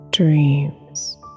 Dreams